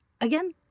again